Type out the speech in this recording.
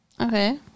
Okay